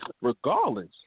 regardless